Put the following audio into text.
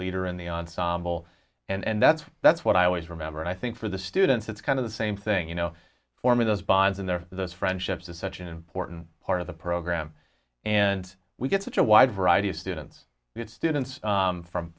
leader in the ensemble and that's that's what i always remember and i think for the students it's kind of the same thing you know for me those bonds in there those friendships is such an important part of the program and we get such a wide variety of students the students from from